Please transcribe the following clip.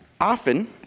often